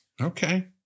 Okay